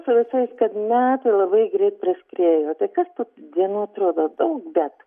su visais kad metai labai greit praskriejo tai kas kad dienų atrodo daug bet